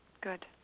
Good